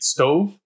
Stove